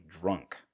drunk